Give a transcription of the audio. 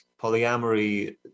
polyamory